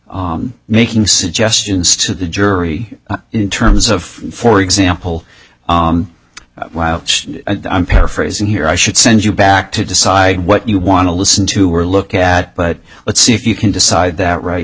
making suggestions to the jury in terms of for example i'm paraphrasing here i should send you back to decide what you want to listen to or look at but let's see if you can decide that right